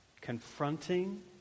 confronting